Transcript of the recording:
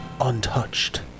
untouched